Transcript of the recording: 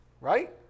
Right